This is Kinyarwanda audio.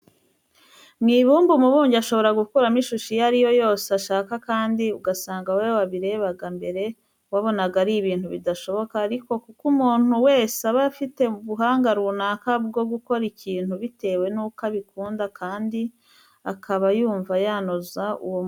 Mu ibumba umubumbyi ashobora gukuramo ishusho iyo ari yo yose ashaka kandi ugasanga wowe wabirebaga, mbere wabonaga ari ibintu bidashoboka ariko kuko umuntu wese aba afite ubuhanga runaka bwo gukora ikintu bitewe nuko abikunda kandi akaba yumva yanoza uwo murimo wo kubunda.